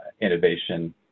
innovation